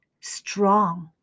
Strong